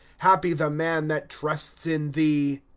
happy the man that trusts in thee!